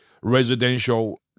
residential